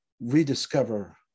rediscover